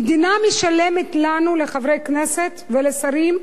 המדינה משלמת לנו, לחברי הכנסת ולשרים,